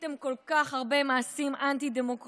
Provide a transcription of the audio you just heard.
עשיתם כל כך הרבה מעשים אנטי-דמוקרטיים,